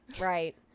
right